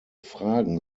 fragen